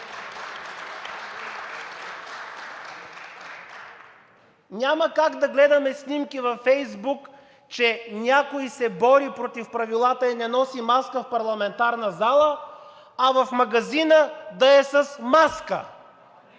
Няма как да гледаме снимки във Фейсбук, че някой се бори против правилата и не носи маска в парламентарната зала, а в магазина да е с маска.